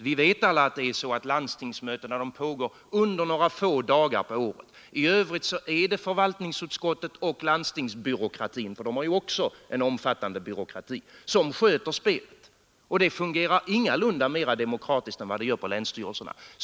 Vi vet alla att landstingsmötena pågår under några få dagar på året. I övrigt är det förvaltningsutskottet och landstingsbyråkratin — för där finns ju också en omfattande byråkrati — som sköter spelet. Och det fungerar ingalunda mera demokratiskt än vad det gör på länsstyrelserna.